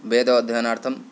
वेद अध्ययनार्थं